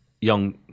young